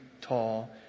tall